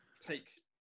take